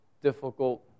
difficult